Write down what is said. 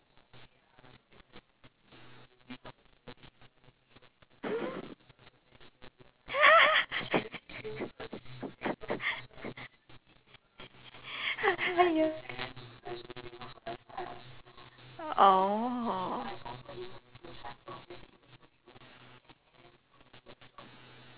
oh